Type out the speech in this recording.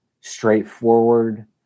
straightforward